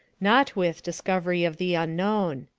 not with discovery of the unknown.